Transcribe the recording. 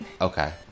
Okay